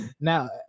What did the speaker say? Now